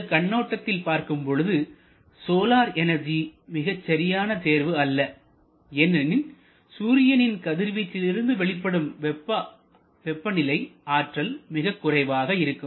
இந்தக் கண்ணோட்டத்தில் பார்க்கும் பொழுது சோலார் எனர்ஜி மிகச் சரியான தேர்வு அல்ல ஏனெனில் சூரியனின் கதிர்விச்சில்லிருந்து வெளிப்படும் வெப்பநிலை ஆற்றல் மிகக் குறைவாக இருக்கும்